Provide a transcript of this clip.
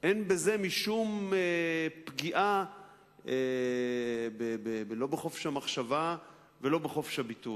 אין בזה משום פגיעה לא בחופש המחשבה ולא בחופש הביטוי.